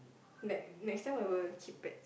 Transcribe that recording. like next time I would keep pets